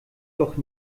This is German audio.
doch